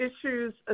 issues